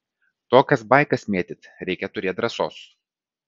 tokias baikas mėtyt reikia turėt drąsos